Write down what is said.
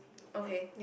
okay